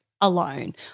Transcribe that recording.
alone